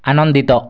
ଆନନ୍ଦିତ